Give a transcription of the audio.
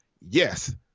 Yes